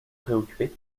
préoccupé